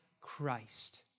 Christ